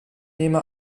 nehme